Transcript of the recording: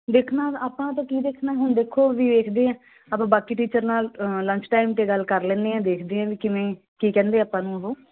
ਦੇਖਣਾ ਆਪਾਂ ਕੀ ਦੇਖਣਾ ਹੁਣ ਦੇਖੋ ਵੀ ਵੇਖਦੇ ਹਾਂ ਆਪਾਂ ਬਾਕੀ ਟੀਚਰ ਨਾਲ ਲੰਚ ਟਾਈਮ ਅਤੇ ਗੱਲ ਕਰ ਲੈਂਦੇ ਹਾਂ ਦੇਖਦੇ ਹਾਂ ਬਈ ਕਿਵੇਂ ਕੀ ਕਹਿੰਦੇ ਆਪਾਂ ਨੂੰ ਉਹ